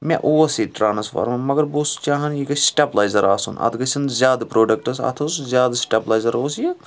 مےٚ اوس ییٚتہِ ٹرانٕسفارمر مگر بہٕ اوسُس چاہان یہِ گَژھہِ سِٹیٚپلایزَر آسُن اَتھ گَژھن زِیادٕ پَروڈَکٹَس اَتھ ٲسۍ زِیادٕ سِٹیٚپلایِزَر اوس یہِ